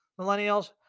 Millennials